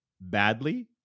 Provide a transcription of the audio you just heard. badly